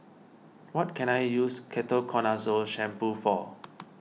what can I use Ketoconazole Shampoo for